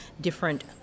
different